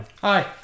Hi